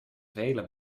vele